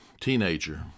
teenager